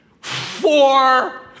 four